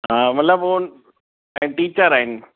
हा मतिलब हो अ टीचर आहिनि